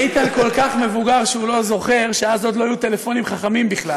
איתן כל כך מבוגר שהוא לא זוכר שאז עוד לא היו טלפונים חכמים בכלל,